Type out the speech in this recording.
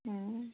অঁ